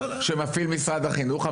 שמפעיל משרד החינוך,